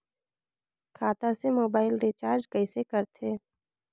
खाता से mobile recharge कइसे करथे